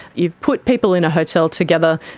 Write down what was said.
you've put people in a hotel together,